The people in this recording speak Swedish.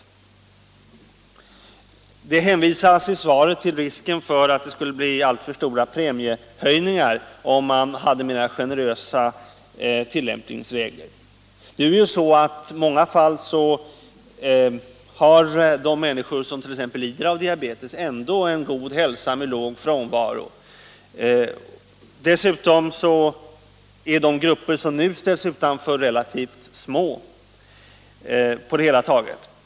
Justitieministern hänvisar i svaret till risken för att det skulle bli alltför stora premiehöjningar, om man hade mera generösa tillämpningsregler. I många fall har emellertid människor som lider av t.ex. diabetes ändå en god hälsa med låg frånvaro. Dessutom är de grupper som nu ställs utanför relativt små på det hela taget.